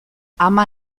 ama